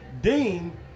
Dean